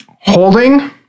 holding